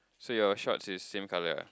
so your shorts is same colour ah